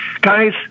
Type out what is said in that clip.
Guys